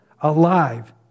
alive